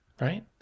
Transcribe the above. Right